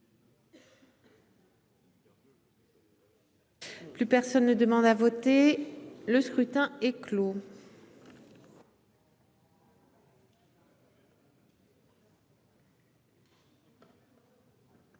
Plus personne ne demande à voter, le scrutin est clos. Si,